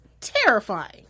terrifying